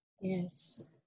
Yes